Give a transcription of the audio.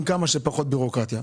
עם כמה שפחות ביורוקרטיה.